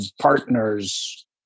partners